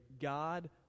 God